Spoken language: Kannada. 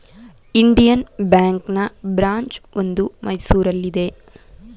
ಇಂಡಿಯನ್ ಬ್ಯಾಂಕ್ನ ಬ್ರಾಂಚ್ ಒಂದು ಮೈಸೂರಲ್ಲಿದೆ